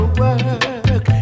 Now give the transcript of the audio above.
work